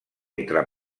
entre